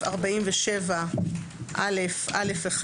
סעיף 47א(א1)